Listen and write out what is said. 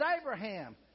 Abraham